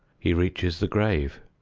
he reaches the grave.